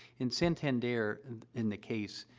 in santander, and in the case,